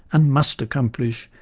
and must accomplish,